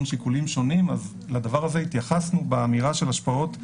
שיקולים שונים אז לדבר הזה התייחסנו באמירה של השפעות.